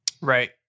Right